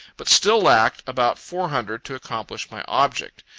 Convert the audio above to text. but still lacked about four hundred to accomplish my object.